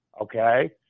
okay